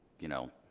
you know,